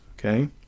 Okay